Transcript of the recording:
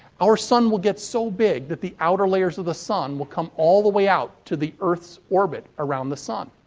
our sun will get so big that the outer layers of the sun will come all the way out to the earth's orbit around the sun.